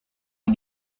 est